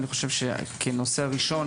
ואני חושב שכנושא הראשון,